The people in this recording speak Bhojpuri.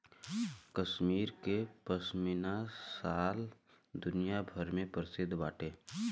कश्मीर के पश्मीना शाल दुनिया भर में प्रसिद्ध बाटे